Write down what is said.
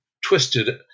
twisted